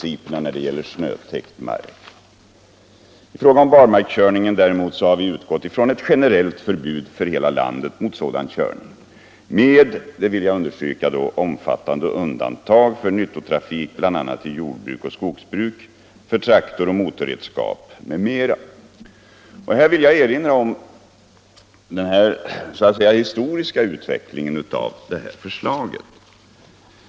I fråga om barmarkskörning däremot har vi utgätt från ett generellt förbud för hela landet med — det vill jag understryka — omfattande undantag för nyttotrafik, bl.a. i jordbruk och skogsbruk, för traktorer, motorredskap m.m. Jag vill erinra om den historiska utvecklingen av det här förslaget.